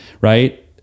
Right